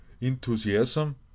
enthusiasm